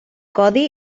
codi